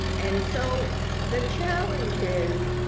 and so the challenge is,